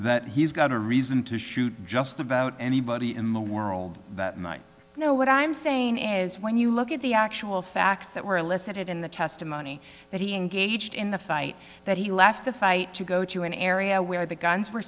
that he's got a reason to shoot just about anybody in the world that night you know what i'm saying is when you look at the actual facts that were elicited in the testimony that he engaged in the fight that he left the fight to go to an area where the guns were